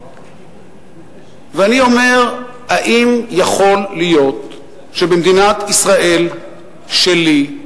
ואני אומר, האם יכול להיות שבמדינת ישראל שלי,